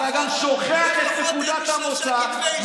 אתה גם שוכח את נקודת המוצא,